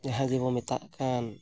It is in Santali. ᱡᱟᱦᱟᱸ ᱡᱮ ᱵᱚᱱ ᱢᱮᱛᱟᱜ ᱠᱟᱱ